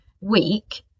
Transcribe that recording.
week